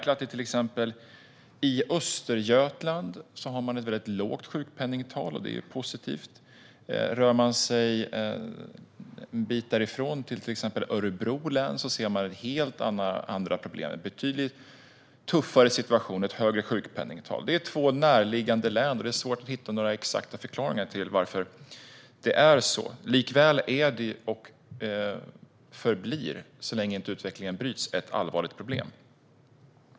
Till exempel har Östergötland ett mycket lågt sjukpenningtal, vilket är positivt, medan Örebro län, en bit därifrån, har en betydligt tuffare situation med ett högre sjukpenningtal. Det är alltså två närliggande län. Det är svårt att hitta en exakt förklaring till varför det är så här, och det förblir ett allvarligt problem så länge utvecklingen inte bryts.